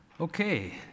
Okay